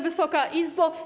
Wysoka Izbo!